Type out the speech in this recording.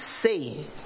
say